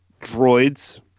droids